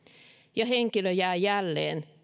ja henkilö jää jälleen